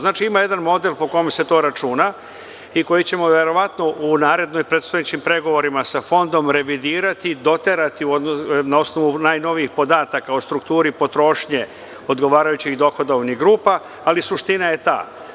Znači, ima jedan model po kome se to računa i koji ćemo verovatno u narednim predstojećim pregovorima sa fondom revidirati, doterati na osnovu najnovijih podataka u strukturi potrošnje odgovarajućih dohodovnih grupa, ali suština je ta.